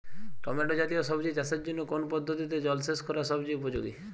Tomato জাতীয় সবজি চাষের জন্য কোন পদ্ধতিতে জলসেচ করা সবচেয়ে উপযোগী?